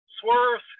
Swerve